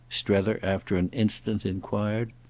strether after an instant enquired.